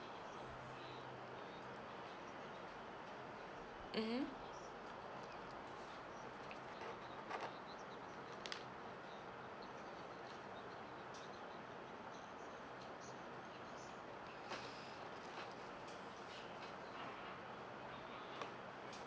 mmhmm